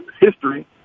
history